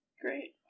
Great